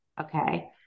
okay